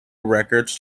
records